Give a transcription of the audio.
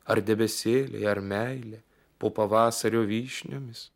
ar debesėliai ar meilė po pavasario vyšniomis